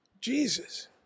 jesus